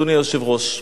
אדוני היושב-ראש.